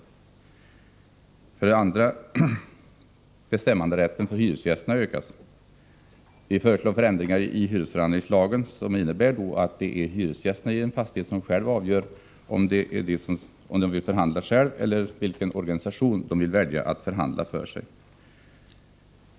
2. Bestämmanderätten för hyresgästerna bör ökas. Vi föreslår ändringar i hyresförhandlingslagen som innebär att det är hyresgästerna i en fastighet som själva avgör om de vill förhandla själva resp. vilken organisation som skall förhandla för dem.